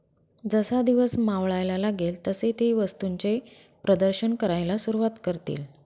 जसा दिवस मावळायला लागेल तसे ते वस्तूंचे प्रदर्शन करायला सुरुवात करतील